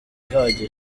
ihagije